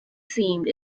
seemed